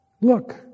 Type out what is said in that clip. Look